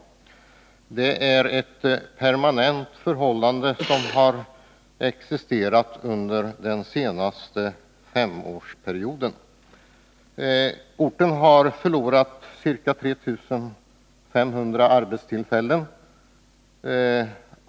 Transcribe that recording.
Det är ett förhållande som har varit permanent under den senaste femårsperioden. Orten har förlorat ca 3 500 arbetstillfällen.